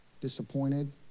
disappointed